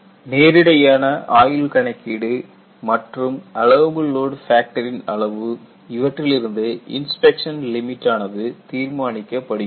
நேரிடையான ஆயுள் கணக்கீடு மற்றும் அலவபில் லோடு ஃபேக்டரின் அளவு இவற்றிலிருந்து இன்ஸ்பெக்சன் லிமிட்டானது தீர்மானிக்கப்படுகிறது